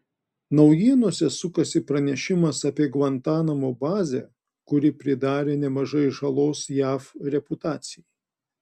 naujienose sukasi pranešimas apie gvantanamo bazę kuri pridarė nemažai žalos jav reputacijai